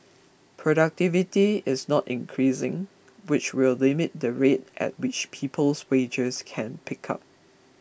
productivity is not increasing which will limit the rate at which people's wages can pick up